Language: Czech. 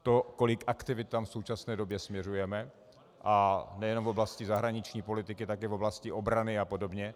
To, kolik aktivit tam v současné době směřujeme, a nejenom v oblasti zahraniční politiky, také v oblasti obrany apod.